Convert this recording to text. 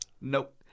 Nope